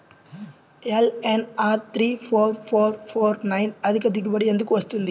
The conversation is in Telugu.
LNR three four four four nine అధిక దిగుబడి ఎందుకు వస్తుంది?